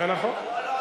זה נכון.